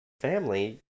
family